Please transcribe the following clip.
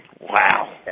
Wow